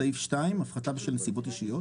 סעיף 2 הפרה בשל נסיבות אישיות,